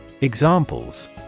Examples